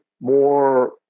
more